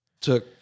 took